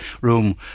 room